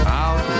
out